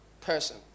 person